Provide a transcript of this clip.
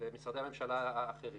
ומשרדי הממשלה האחרים: